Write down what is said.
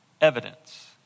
evidence